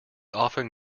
often